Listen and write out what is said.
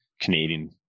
Canadian